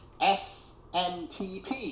SMTP